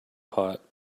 pot